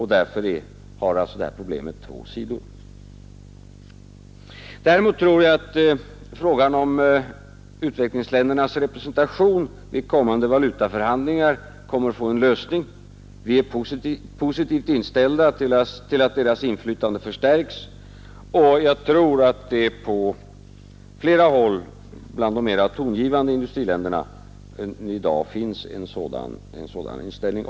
Därför har det här problemet två sidor. Däremot tror jag att frågan om utvecklingsländernas representation vid kommande valutaförhandlingar kommer att få en lösning. Vi är positivt inställda till att deras inflytande förstärks och jag tror att det på flera håll också bland de mera tongivande industriländerna i dag finns en sådan inställning.